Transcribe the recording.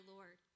Lord